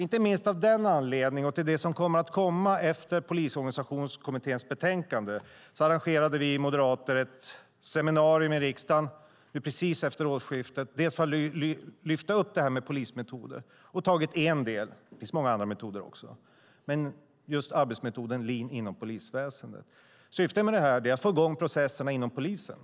Inte minst av den anledningen och till det som kommer att komma efter Polisorganisationskommitténs betänkande arrangerade vi moderater ett seminarium i riksdagen precis efter årsskiftet. Det var för att lyfta upp polismetoder och visa fram en del. Det finns också många andra metoder, men detta gäller arbetsmetoden lean production inom polisväsendet. Syftet med detta är att få i gång processerna inom polisen.